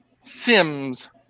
sims